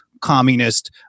communist